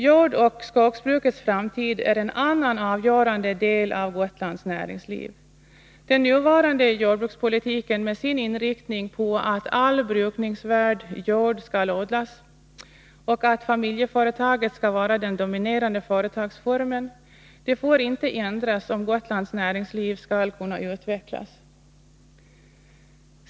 Jordoch skogsbrukets framtid är en annan avgörande del av Gotlands näringsliv. Den nuvarande jordbrukspolitiken, med sin inriktning på att all brukningsvärd jord skall odlas och att familjeföretaget skall vara den dominerande företagsformen, får inte ändras om Gotlands näringsliv skall kunna utvecklas.